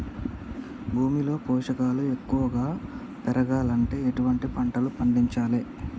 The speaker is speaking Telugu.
భూమిలో పోషకాలు ఎక్కువగా పెరగాలంటే ఎటువంటి పంటలు పండించాలే?